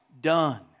done